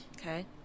Okay